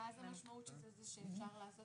ואז המשמעות שאפשר לעשות